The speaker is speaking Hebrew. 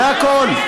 זה הכול.